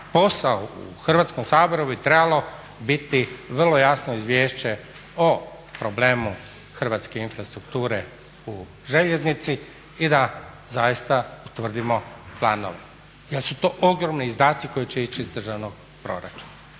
posao u Hrvatskom saboru bi trebalo biti vrlo jasno izvješće o problemu hrvatske infrastrukture u željeznici i da zaista utvrdimo planove jer su to ogromni izdaci koji će ići iz državnog proračuna.